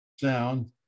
sound